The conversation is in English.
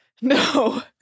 No